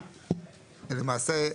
למעשה,